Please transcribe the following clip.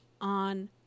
on